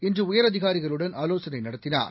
இன்று உயரதிகாரிகளுடன் ஆலோசனை நடத்தினார்